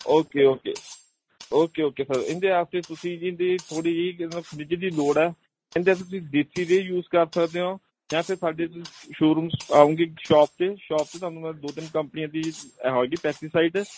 okay okay okay okay sir ਇਹਦੇ ਵਾਸਤੇ ਤੁਸੀਂ ਜੀ ਇਹਦੀ ਥੋੜ੍ਹੀ ਜਿਹੀ ਦੀ ਲੋੜ ਹੈ ਇਹਦੇ ਵਾਸਤੇ ਤੁਸੀਂ ਦੇਸੀ ਰੇਹ ਯੂਜ ਕਰ ਸਕਦੇ ਓਂ ਜਾਂ ਫਿਰ ਸਾਡੇ ਤੁਸੀਂ ਸ਼ੋਰੂਮਸ ਆਉਂਗੇ ਸ਼ੋਪ 'ਤੇ ਸ਼ੋਪ 'ਤੇ ਤੁਹਾਨੂੰ ਮੈਂ ਦੋ ਤਿੰਨ ਕੰਪਨੀਆਂ ਦੀ ਹੋਏਗੀ ਪੈਸਟੀਸਾਈਡ